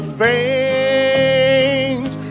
faint